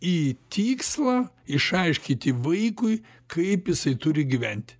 į tikslą išaiškinti vaikui kaip jisai turi gyventi